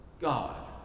God